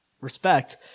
respect